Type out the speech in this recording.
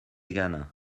gana